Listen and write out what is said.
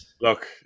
look